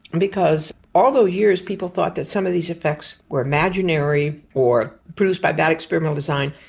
and because all those years people thought that some of these effects were imaginary or produced by bad experimental design,